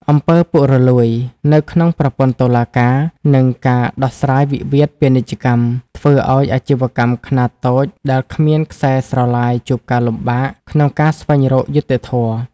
អំពើពុករលួយ នៅក្នុងប្រព័ន្ធតុលាការ និងការដោះស្រាយវិវាទពាណិជ្ជកម្ម ធ្វើឱ្យអាជីវកម្មខ្នាតតូចដែលគ្មានខ្សែស្រឡាយជួបការលំបាកក្នុងការស្វែងរកយុត្តិធម៌។